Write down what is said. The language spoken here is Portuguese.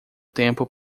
tempo